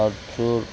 Parchur